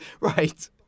Right